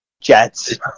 jets